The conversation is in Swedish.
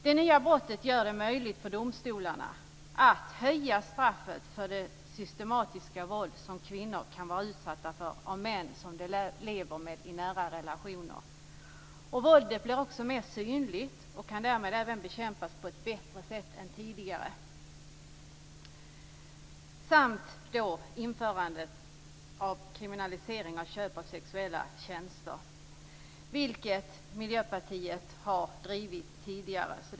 Det nya brottet gör det möjligt för domstolarna att höja straffet för det systematiska våld som kvinnor kan vara utsatta för av män som de lever med i nära relationer. Våldet blir mera synligt och kan därmed bekämpas på ett bättre sätt än tidigare. Vidare gäller det införandet av kriminalisering av köp av sexuella tjänster, en fråga som Miljöpartiet tidigare har drivit.